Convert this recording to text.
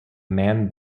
man